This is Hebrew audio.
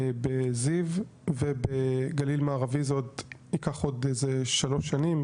בזיו ובגללי מערבי זה ייקח עוד איזה שלוש שנים,